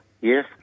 Yes